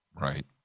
Right